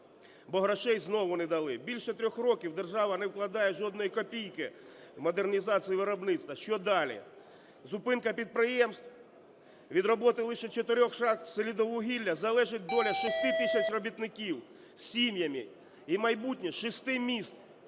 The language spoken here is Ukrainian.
бо грошей знову не дали. Більше трьох років держава не вкладає жодної копійки в модернізацію виробництва. Що далі? Зупинка підприємств? Від роботи лише 4 шахт "Селидіввугілля" залежить доля 6 тисяч робітників з сім'ями і майбутнє 6 міст!